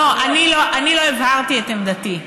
אני לא הבהרתי את עמדתי.